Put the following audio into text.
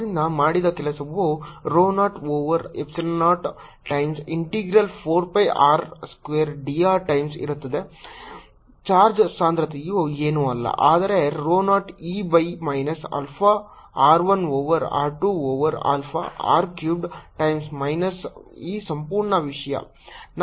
ಆದ್ದರಿಂದ ಮಾಡಿದ ಕೆಲಸವು rho 0 over epsilon 0 times integral 4 pi r square dr times ಇರುತ್ತದೆ ಚಾರ್ಜ್ ಸಾಂದ್ರತೆಯು ಏನೂ ಅಲ್ಲ ಆದರೆ rho 0 e by minus alpha r 1 over r 2 over alpha r cubed times minus ಈ ಸಂಪೂರ್ಣ ವಿಷಯ